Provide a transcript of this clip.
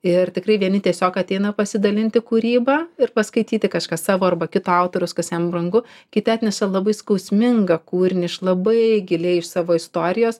ir tikrai vieni tiesiog ateina pasidalinti kūryba ir paskaityti kažką savo arba kito autoriaus kas jam brangu kiti atneša labai skausmingą kūrinį iš labai giliai iš savo istorijos